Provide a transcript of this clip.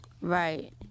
Right